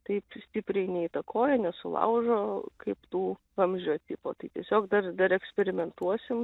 taip stipriai neįtakoja nesulaužo kaip tų vamzdžio tipo tai tiesiog dar dar eksperimentuosim